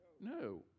No